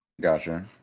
Gotcha